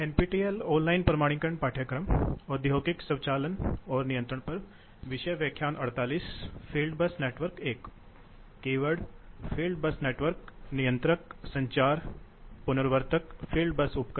keywords load switches horse power line fuel air ratio पंखे flow control flow rate dampers speed drive